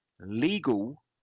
legal